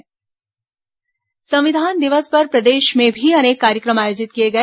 संविधान दिवस शपथ संविधान दिवस पर प्रदेश में भी अनेक कार्यक्रम आयोजित किए गए